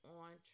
on